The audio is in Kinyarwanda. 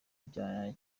bya